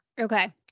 Okay